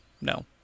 No